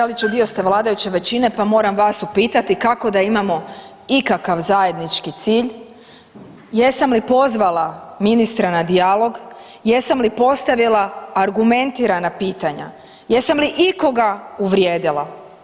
Kolega Ćeliću, dio ste vladajuće većine, pa moram vas upitati, kako da imamo ikakav zajednički cilj, jesam li pozvala ministra na dijalog, jesam li postavila argumentirana pitanja, jesam li ikoga uvrijedila?